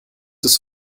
des